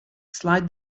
slide